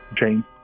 Jane